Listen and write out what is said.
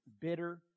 bitter